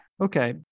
Okay